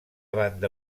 banda